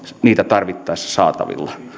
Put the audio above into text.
niitä tarvittaessa saatavilla